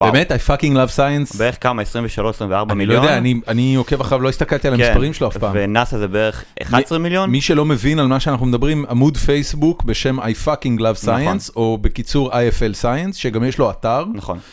באמת, i fucking love science בערך כמה? 23 24 מיליון? אתה יודע, אני עוקב אחריו לא הסתכלתי על המספרים שלו אף פעם. ונאסא זה בערך 11 מיליון? מי, מי שלא מבין על מה שאנחנו מדברים, עמוד פייסבוק בשם i fucking love science. נכון. או בקיצור IFL SCIENCE שגם יש לו אתר נכון.